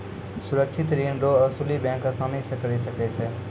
सुरक्षित ऋण रो असुली बैंक आसानी से करी सकै छै